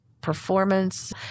performance